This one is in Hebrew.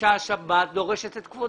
שהשבת דורשת את כבודה?